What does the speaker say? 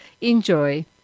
Enjoy